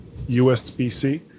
USB-C